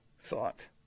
thought